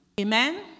Amen